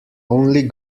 only